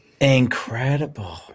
incredible